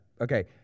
Okay